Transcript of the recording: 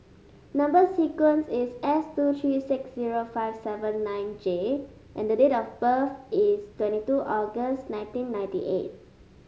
number sequence is S two three six zero five seven nine J and the date of birth is twenty two August nineteen ninety eight